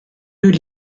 deux